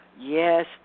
yes